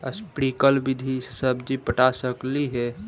Sprinkle विधि से सब्जी पटा सकली हे?